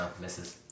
Misses